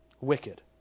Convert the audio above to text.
Wicked